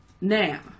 now